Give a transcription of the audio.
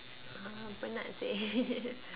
!huh! penat seh